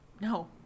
No